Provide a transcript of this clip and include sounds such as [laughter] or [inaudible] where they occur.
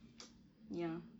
[noise] ya